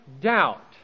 doubt